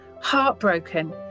heartbroken